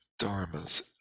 dharmas